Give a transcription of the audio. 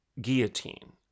guillotine